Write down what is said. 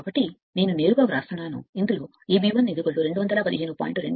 కాబట్టి నేరుగా నేను వ్రాస్తున్నాను దీనికి Eb 1 215